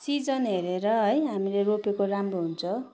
season हेरेर है हामीले रोपेको राम्रो हुन्छ